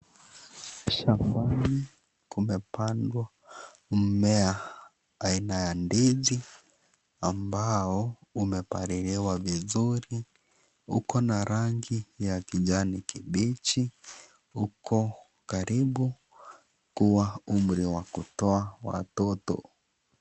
Shambani kumepandwa mimea aina ya ndizi ambao umepaliliwa vizuri uko na rangi ya kijani kibichi uko karibu kuwa umri wa kutoa watoto.